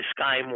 Sky